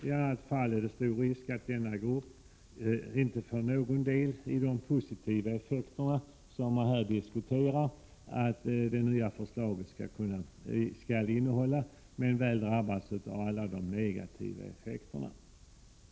I annat fall är det stor risk för att denna grupp inte får någon del av de positiva effekterna som man diskuterar att det nya förslaget skall innehålla men väl drabbas av alla negativa effekter.